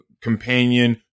Companion